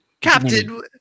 Captain